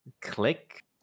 Click